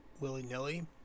willy-nilly